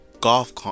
golf